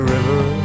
River